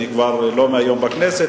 אני לא מהיום בכנסת,